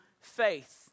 faith